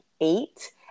eight